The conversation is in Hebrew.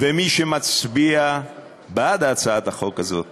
ומי שמצביע בעד הצעת החוק הזאת